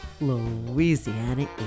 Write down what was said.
Louisiana